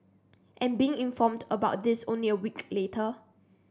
and being informed about this only a week later